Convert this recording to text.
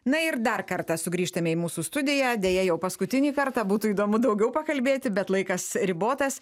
na ir dar kartą sugrįžtame į mūsų studiją deja jau paskutinį kartą būtų įdomu daugiau pakalbėti bet laikas ribotas